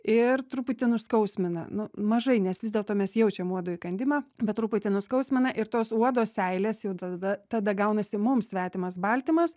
ir truputį nuskausmina nu mažai nes vis dėlto mes jaučiam uodo įkandimą bet truputį nuskausmina ir tos uodo seilės jau tada tada gaunasi mums svetimas baltymas